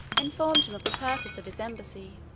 informed him of the purpose of his embassy.